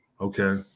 Okay